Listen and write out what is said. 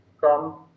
Come